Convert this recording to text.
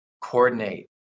coordinate